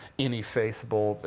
ineffaceable,